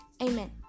Amen